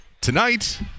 Tonight